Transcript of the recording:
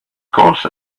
course